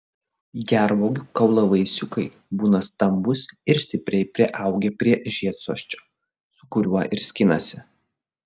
gervuogių kaulavaisiukai būna stambūs ir stipriai priaugę prie žiedsosčio su kuriuo ir skinasi